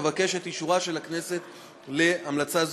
אבקש את אישורה של הכנסת להמלצה זו.